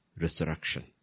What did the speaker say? resurrection